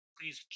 Please